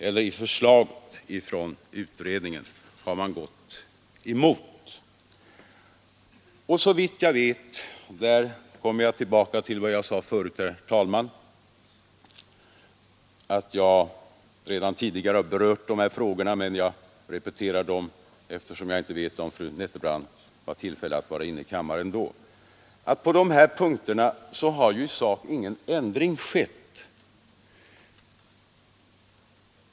På dessa punkter har såvitt jag vet — jag kommer här tillbaka till vad jag sade förut, nämligen att jag redan tidigare har berört dessa frågor men repeterar dem eftersom jag inte vet om fru Nettelbrandt då var i tillfälle att närvara i kammaren — i sak ingen ändring skett.